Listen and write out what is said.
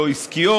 לא עסקיות,